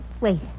Wait